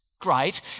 Great